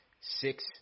six